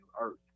earth